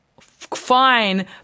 fine